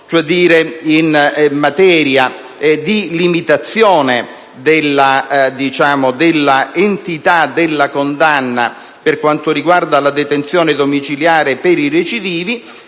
in materia di limitazione dell'entità della condanna per quanto riguarda la detenzione domiciliare per i recidivi,